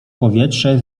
powietrze